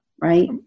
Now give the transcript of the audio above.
right